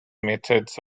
methods